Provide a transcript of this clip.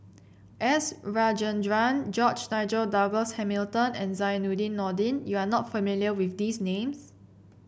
S Rajendran George Nigel Douglas Hamilton and Zainudin Nordin you are not familiar with these names